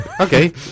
Okay